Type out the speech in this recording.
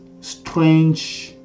strange